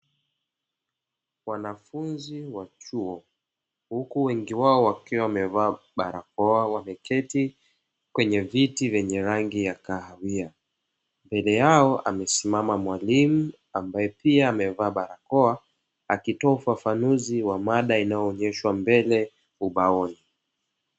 Wanafunzi wa chuo, huku wengi wao wakiwa wamevaa barakoa, wameketi kwenye viti vyenye rangi ya kahawia. Mbele yao amesimama mwalimu ambaye pia amevaa barakoa, akitoa ufafanuzi wa mada inayoonyeshwa mbele ubaoni.